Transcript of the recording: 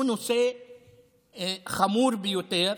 הוא נושא חמור ביותר,